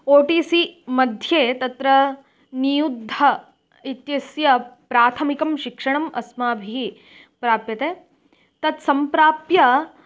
ओ T C मध्ये तत्र नियुद्ध इत्यस्य प्राथमिकं शिक्षणम् अस्माभिः प्राप्यते तत् सम्प्राप्य